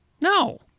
No